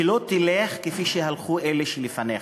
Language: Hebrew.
שלא תלך כפי שהלכו אלה שהיו לפניך,